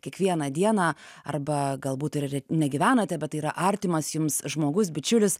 kiekvieną dieną arba galbūt ir negyvenate bet tai yra artimas jums žmogus bičiulis